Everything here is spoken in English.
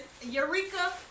Eureka